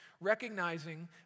recognizing